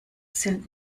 sind